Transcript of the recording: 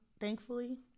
thankfully